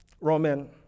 Roman